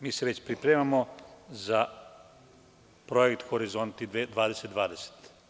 Mi se već pripremamo za Projekat „Horizonti 2020“